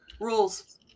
Rules